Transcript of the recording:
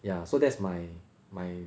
ya so that's my my